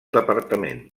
departament